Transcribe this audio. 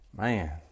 man